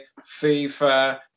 FIFA